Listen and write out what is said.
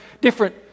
different